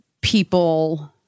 people